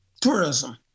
tourism